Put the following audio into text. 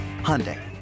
Hyundai